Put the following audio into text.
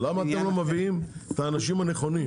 למה אתם לא מביאים את האנשים הנכונים?